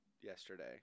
yesterday